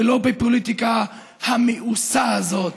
ולא בפוליטיקה המאוסה הזאת.